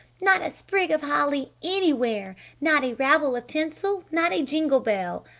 not a sprig of holly anywhere! not a ravel of tinsel! not a jingle bell.